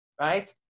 right